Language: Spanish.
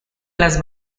las